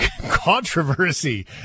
controversy